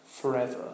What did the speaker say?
forever